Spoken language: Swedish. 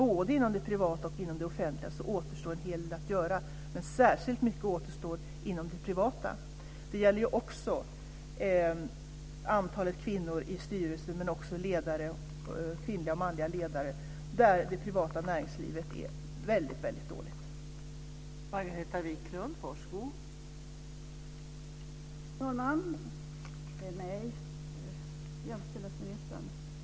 Både inom det privata och det offentliga återstår en hel del att göra. Särskilt mycket återstår dock inom det privata. Det gäller också antalet kvinnor i styrelser och kvinnliga ledare. Det privata näringslivet är mycket dåligt på det området.